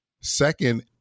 Second